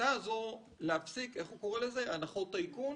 הוא קרא לזה הנחות טייקון,